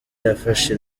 yafashe